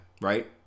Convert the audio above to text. Right